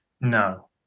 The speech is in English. No